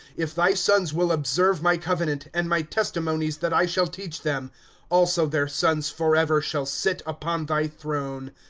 if thy sons will observe my covenant, and my testimonies that i shall teach them also their sons forever shall sit upon thy throne.